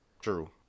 True